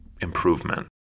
improvement